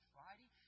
Friday